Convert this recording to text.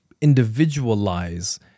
individualize